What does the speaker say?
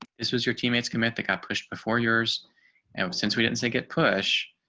this was your teammates commit that got pushed before years since we didn't say get push